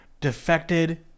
defected